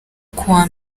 kuwa